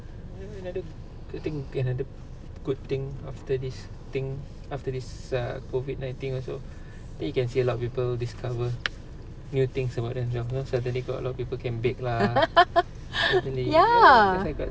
another I think ya another good thing after this thing after this err COVID nineteen also then you can see a lot of people discover new things about themselves suddenly got a lot of people can bake lah ya suddenly ya cause I got